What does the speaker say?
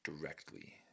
directly